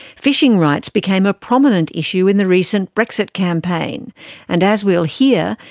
fishing rights became a prominent issue in the recent brexit campaign and, as we'll hear,